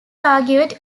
argued